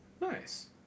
nice